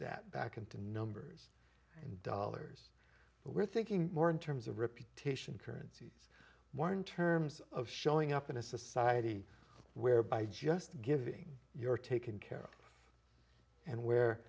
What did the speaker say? that back into numbers in dollars but we're thinking more in terms of reputation currencies one terms of showing up in a society where by just giving you're taken care of and where